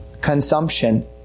consumption